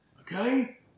Okay